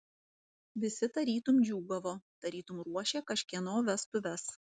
visi tarytum džiūgavo tarytum ruošė kažkieno vestuves